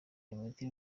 imiti